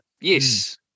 yes